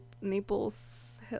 Naples